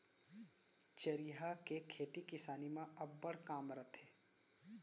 चरिहा के खेती किसानी म अब्बड़ काम रथे